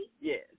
Yes